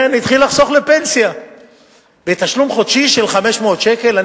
כן, התחיל לחסוך לפנסיה בתשלום חודשי של 500 שקל.